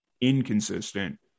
inconsistent